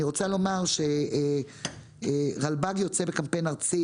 אני רוצה לומר שרלב"ד יוצא בקמפיין ארצי